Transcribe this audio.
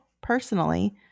personally